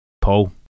Paul